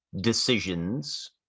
decisions